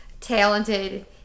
talented